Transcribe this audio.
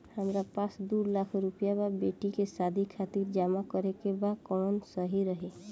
हमरा पास दू लाख रुपया बा बेटी के शादी खातिर जमा करे के बा कवन सही रही?